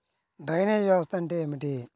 Drainage వ్యవస్థ అంటే ఏమిటి?